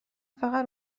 فقط